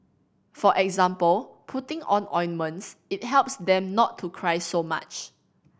for example putting on ointments it helps them not to cry so much